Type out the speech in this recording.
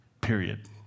Period